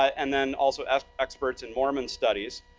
and then also experts in mormon studies.